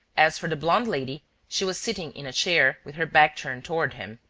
as for the blonde lady, she was sitting in a chair, with her back turned toward him.